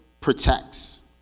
protects